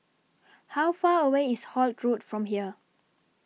How Far away IS Holt Road from here